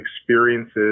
experiences